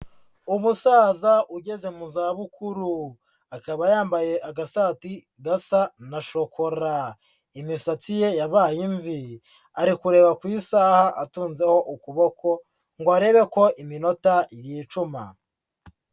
Umusaza ugeze mu zabukuru akaba yambaye agasati gasa na shokora, imisatsi ye yabaye imvi, ari kureba ku isaha atunzeho ukuboko ngo arebe ko iminota yicuma.